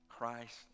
Christ